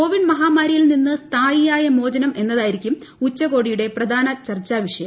Covid മഹാമാരിയിൽ നിന്ന് സ്ഥായിയായ മോചനം എന്നതായിരിക്കും ഉച്ചകോടിയുടെ പ്രധാന ചർച്ചാവിഷയം